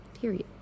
period